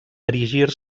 erigir